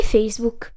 Facebook